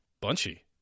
Bunchy